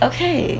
Okay